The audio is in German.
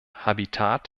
habitat